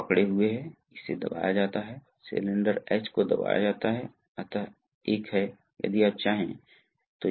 फिर हमारे पास एक पायलट संचालित रिलीफ वाल्व है देखें ताकि यह अधिक जटिल हो